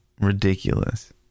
Ridiculous